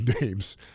names